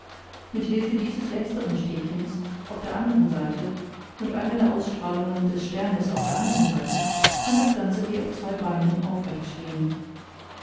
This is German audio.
mit hilfe dieses letzteren stäbchens auf der einen seite und einer der ausstrahlungen des sternes auf der anderen seite kann das ganze wie auf zwei beinen aufrecht stehen